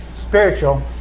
spiritual